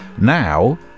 Now